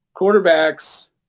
quarterbacks